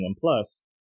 plus